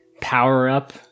power-up